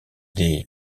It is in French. des